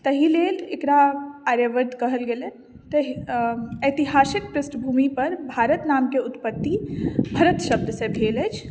ताहि लेल एकरा आर्यावर्त कहल गेलै एहि ऐतिहासिक पृष्ठभूमिपर भारत नामके उत्पति भरत शब्दसँ भेल अछि